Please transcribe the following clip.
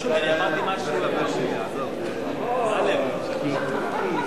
רכז הקואליציה, מי שצריך להשיב לו זה שר